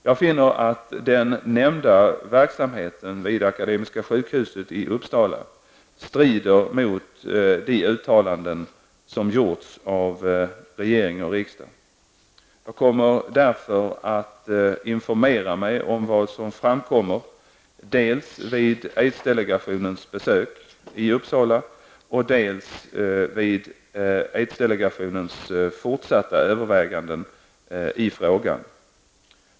Jag finner att den nämnda verksamheten vid Akademiska sjukhuset i Uppsala strider mot de uttalanden som gjorts av regering och riksdag. Jag kommer därför att informera mig om vad som framkommer dels vid aids-delegationens besök i Uppsala, dels vid aids-delegationens fortsatta överväganden i frågan.